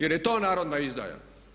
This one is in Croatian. Jer je to narodna izdaja.